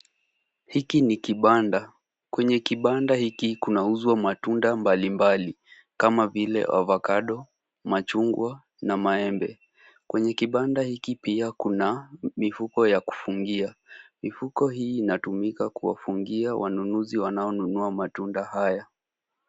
Hiki ni kibanda. Kwenye kibanda hiki kunauzwa matunda mbalimbali kama vile avokado, machungwa na maembe. Kwenye kibanda hiki pia kuna mifuko ya kufungia. Mifuko hii inatumika kuwafungia wanunuzi wanaonunua matunda haya.